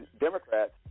Democrats